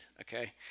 okay